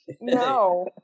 No